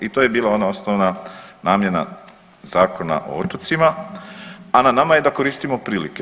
I to je bila ona osnovna namjena Zakona o otocima, a na nama je da koristimo prilike.